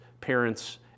parents